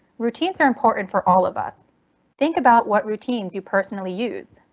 routines are important for all of us think about. what routines you personally use,